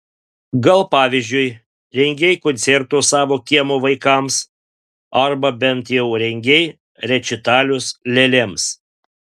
gal pavyzdžiui rengei koncertus savo kiemo vaikams arba bent jau rengei rečitalius lėlėms